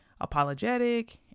apologetic